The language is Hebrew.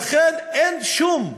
לכן אין שום הוראה,